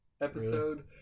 episode